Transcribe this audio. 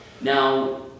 Now